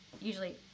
usually